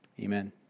Amen